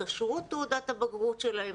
בכשרות תעודת הבגרות שלהם.